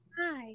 Hi